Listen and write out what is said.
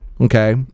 okay